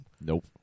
Nope